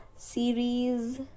Series